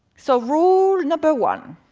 so rule number one.